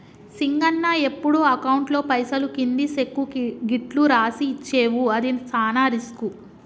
సింగన్న ఎప్పుడు అకౌంట్లో పైసలు కింది సెక్కు గిట్లు రాసి ఇచ్చేవు అది సాన రిస్కు